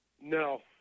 no